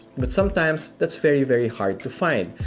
but sometimes that's very, very, hard to find,